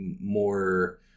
more